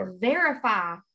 verify